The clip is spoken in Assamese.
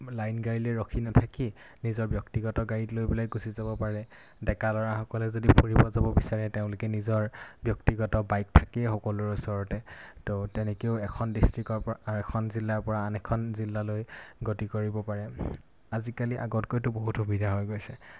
লাইন গাড়ীলৈ ৰখি নাথাকি নিজৰ ব্যক্তিগত গাড়ীত লৈ পেলাই গুচি যাব পাৰে ডেকা ল'ৰাসকলে যদি ফুৰিব যাব বিচাৰে তেওঁলোকে নিজৰ ব্যক্তিগত বাইক থাকেই সকলোৰে ওচৰতে ত' তেনেকেও এখন ডিষ্ট্ৰিকৰ পৰা এখন জিলাৰ পৰা আন এখন জিলালৈ গতি কৰিব পাৰে আজিকালি আগতকৈতো বহুত সুবিধা হৈ গৈছে